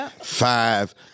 Five